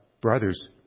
brothers